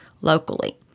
locally